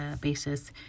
basis